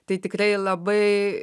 tai tikrai labai